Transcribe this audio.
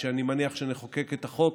אני מניח שנחוקק את החוק,